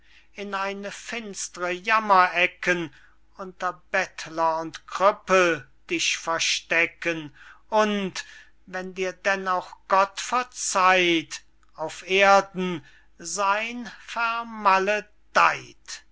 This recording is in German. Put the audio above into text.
in eine finstre jammerecken unter bettler und krüpel dich verstecken und wenn dir denn auch gott verzeiht auf erden seyn vermaledeyt